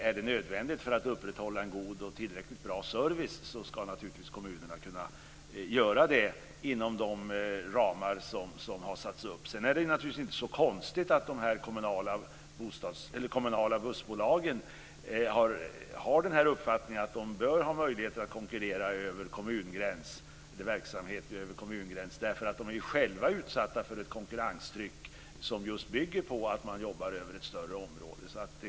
Om det är nödvändigt för att upprätthålla en god och tillräckligt bra service ska naturligtvis kommunerna kunna göra det inom de ramar som har satts upp. Sedan är det naturligtvis inte så konstigt att de kommunala bussbolagen har uppfattningen att de bör ha möjlighet att konkurrera inom verksamhet som går över kommungränserna. De är själva utsatta för ett konkurrenstryck som bygger på att man jobbar över ett större område.